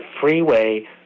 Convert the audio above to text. freeway